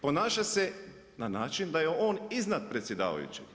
Ponaša se na način da je on iznad predsjedavajućeg.